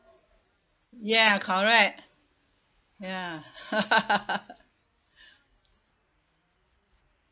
ya correct ya